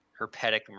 herpetic